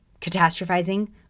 catastrophizing